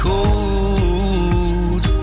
Cold